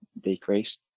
decreased